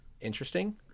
Interesting